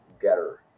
Getter